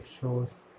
shows